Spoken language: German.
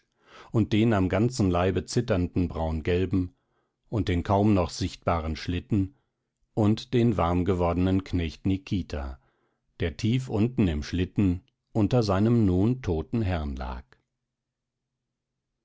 und den am ganzen leibe zitternden braungelben und den kaum noch sichtbaren schlitten und den warm gewordenen knecht nikita der tief unten im schlitten unter seinem nun toten herrn lag